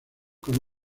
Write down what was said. con